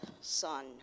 son